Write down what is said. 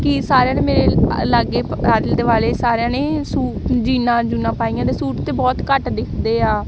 ਕਿ ਸਾਰਿਆਂ ਨੇ ਮੇਰੇ ਲਾਗੇ ਆਲੇ ਦੁਆਲੇ ਸਾਰਿਆਂ ਨੇ ਸੂ ਜੀਨਾਂ ਜੂਨਾਂ ਪਾਈਆਂ ਅਤੇ ਸੂਟ ਤਾਂ ਬਹੁਤ ਘੱਟ ਦਿਖਦੇ ਆ